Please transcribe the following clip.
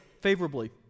favorably